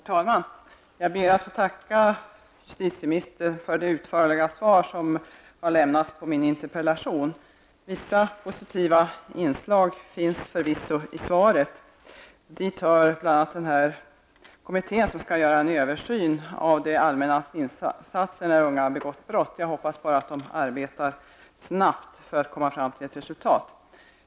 Herr talman! Jag ber att få tacka justitieministern för det utförliga svar som har lämnats på min interpellation. Vissa positiva inslag finns förvisso i svaret. Dit hör bl.a. den kommitté som skall göra en översyn av det allmännas insatser när unga har begått brott. Jag hoppas på att kommittén arbetar snabbt för att komma fram till ett resultat.